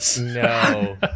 no